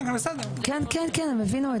כן, כן, הם הבינו את זה.